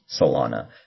Solana